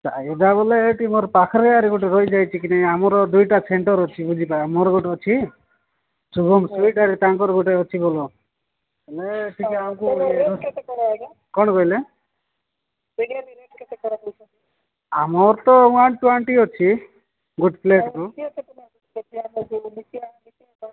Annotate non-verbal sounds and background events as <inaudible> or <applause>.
ଏଇଟା ବୋଲେ ଏଇଠି ମୋର ପାଖରେ ଗୋଟେ ରହିଯାଇଛି କି ନାହିଁ ଆମର ଦୁଇଟା ସେଣ୍ଟର୍ ଅଛି ବୁଝିଲ ମୋର ଗୋଟେ ଅଛି ଶୁଭମ ସୁଇଟାରେ ତାଙ୍କର ଗୋଟେ ଅଛି ଭଲ ହେ <unintelligible> କ'ଣ କହିଲ ବିରିୟାନି ରେଟ୍ କେତେ କ'ଣ କହୁଛ ଆମର ତ ୱାନ୍ ଟ୍ୱଣ୍ଟି ଅଛି ଗୁଟ୍ ପ୍ଲେଟ୍କୁ <unintelligible>